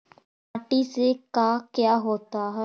माटी से का क्या होता है?